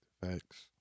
Thanks